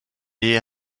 est